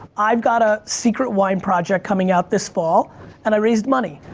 i've got a secret wine project coming out this fall and i raised money.